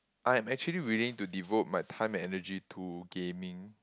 I'm actually willing to devote my time and energy to gaming